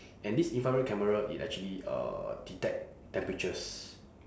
and this infrared camera it actually uh detect temperatures